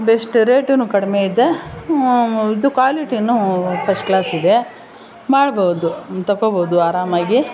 best ರೇಟುನೂ ಕಡಿಮೆ ಇದೆ ಇದು ಕ್ವಾಲಿಟೀನೂ ಫಸ್ಟ್ ಕ್ಲಾಸಿದೆ ಮಾಡ್ಬೋದು ತಗೊಳ್ಬೋದು ಆರಾಮಾಗಿ